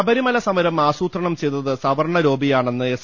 ശബരിമല സമരം ആസൂത്രണം ചെയ്തത് സവർണ്ണ ലോബിയാണെന്ന് എസ്